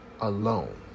Alone